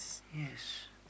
yes